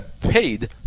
paid